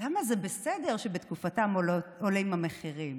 למה זה בסדר שבתקופתם עולים המחירים.